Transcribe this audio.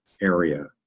area